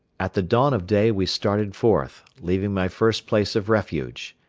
at the dawn of day we started forth, leaving my first place of refuge.